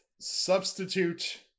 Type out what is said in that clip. Substitute